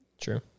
True